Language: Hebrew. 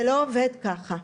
זה לא עובד ככה.